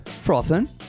Frothing